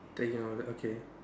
that you're okay